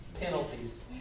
penalties